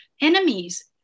enemies